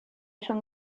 rhwng